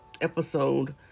episode